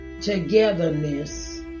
togetherness